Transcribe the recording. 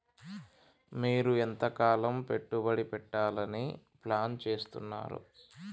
మీరు ఎంతకాలం పెట్టుబడి పెట్టాలని ప్లాన్ చేస్తున్నారు?